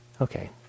Okay